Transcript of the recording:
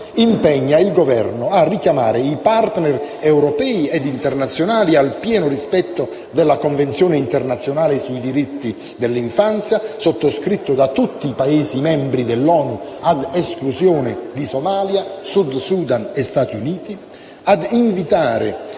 impegna il Governo: a richiamare i *partner* europei ed internazionali al pieno rispetto della Convenzione internazionale sui diritti dell'infanzia sottoscritta da tutti i Paesi membri dell'ONU ad esclusione di Somalia, Sud Sudan e Stati Uniti; ad invitare,